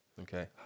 okay